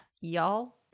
Y'all